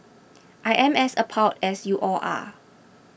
I am as appalled as you all are